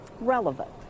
relevant